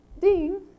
ding